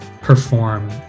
perform